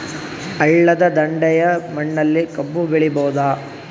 ಹಳ್ಳದ ದಂಡೆಯ ಮಣ್ಣಲ್ಲಿ ಕಬ್ಬು ಬೆಳಿಬೋದ?